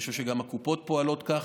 אני חושב שגם הקופות פועלות כך.